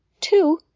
Two